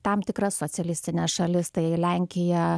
tam tikras socialistines šalis tai lenkiją